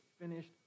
finished